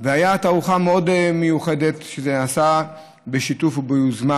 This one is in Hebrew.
תערוכה מאוד מיוחדת שנעשתה בשיתוף וביוזמה